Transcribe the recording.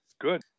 Good